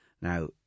Now